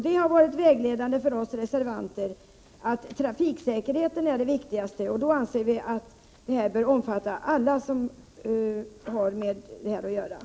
Det vägledande för oss reservanter har varit att trafiksäkerheten skall vara det väsentliga, och då anser vi att reglerna bör omfatta alla som arbetar med dessa saker.